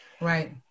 Right